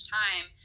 time